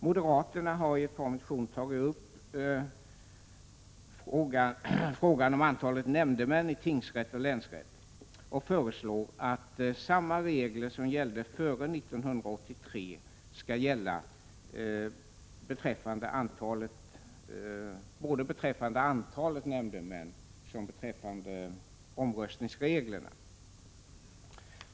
Moderaterna har i ett par motioner tagit upp frågan om antalet nämndemän i tingsrätt och länsrätt och föreslår att samma regler som gällde före 1983 skall gälla både beträffande antalet nämndemän och beträffande omröstningsreglerna.